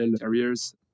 careers